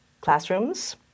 classrooms